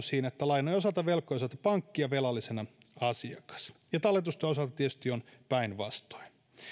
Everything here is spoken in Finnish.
siinä että lainojen osalta velkojan osoite on pankki ja velallisena asiakas ja talletusten osalta tietysti on päinvastoin